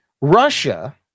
Russia